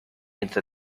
into